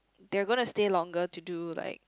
they are gonna stay longer to do like